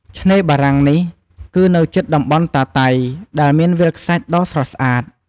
ឆ្នេរបារាំងនេះគឺនៅជិតតំបន់តាតៃ ដែលមានវាលខ្សាច់ដ៏ស្រស់ស្អាត។